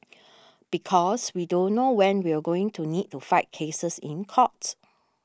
because we don't know when we're going to need to fight cases in court